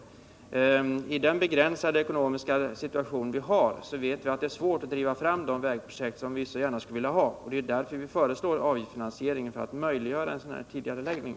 Med de begränsade ekonomiska resurser vi har är det svårt att få medel till vägbyggnadsprojekt som vi gärna skulle vilja genomföra. Det är för att möjliggöra en tidigareläggning som vi föreslår avgiftsfinansiering.